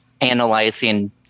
analyzing